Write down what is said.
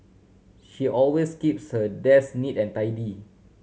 she always keeps her desk neat and tidy